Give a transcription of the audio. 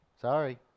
Sorry